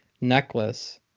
necklace